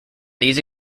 these